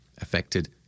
affected